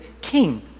king